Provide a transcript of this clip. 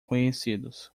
conhecidos